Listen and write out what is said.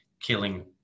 killing